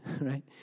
Right